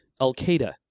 Al-Qaeda